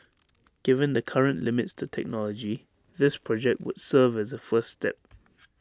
given the current limits to technology this project would serve as A first step